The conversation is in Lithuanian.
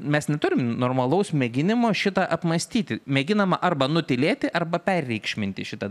mes neturim normalaus mėginimo šitą apmąstyti mėginama arba nutylėti arba pereikšminti šitą